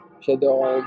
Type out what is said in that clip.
j'adore